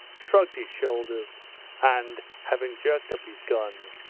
shrugged his shoulders and, having jerked up his gun,